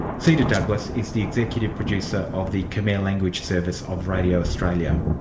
seda douglas is the executive producer of the khmer language service of radio australia.